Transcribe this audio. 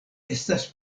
estas